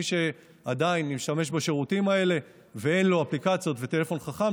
מי שעדיין משתמש בשירותים האלה ואין לו אפליקציות וטלפון חכם,